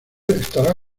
estará